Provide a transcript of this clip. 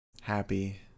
happy